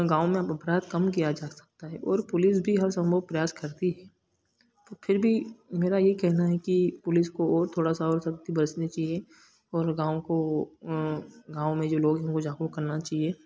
गाँव में अपराध कम किया जा सकता है और पुलिस भी हर संभव प्रयास करती है तो फिर भी मेरा ये कहना है कि पुलिस को और थोड़ा सा और सख्ती बरतनी चाहिए और गाँव को गाँव में जो लोग हैं वो जागरुक करना चाहिए